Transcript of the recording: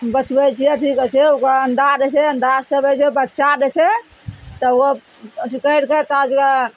बचबय छियै अथी करय छियै ओकर अण्डा दै छै अण्डा सेबय छै बच्चा दै छै तऽ ओ अथी करि कए ता धरि